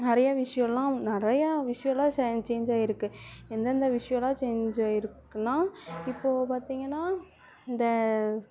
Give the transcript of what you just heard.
நிறைய விஷயோல்லாம் நிறைய விஷயோல்லாம் செ சேஞ்சாகிருக்கு எந்தந்த விஷயோல்லாம் சேஞ்சாகிருக்குன்னா இப்போது பார்த்திங்கன்னா இந்த